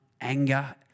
anger